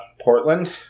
Portland